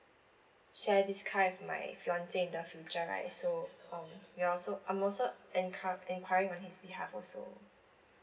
share this car with my fiance in the future right so um we are also I'm also enquir~ enquiring on his behalf also